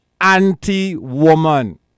anti-woman